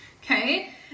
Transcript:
Okay